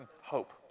hope